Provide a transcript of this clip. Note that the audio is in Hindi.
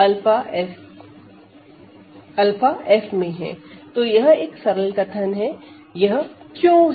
तो यह एक सरल कथन है यह क्यों है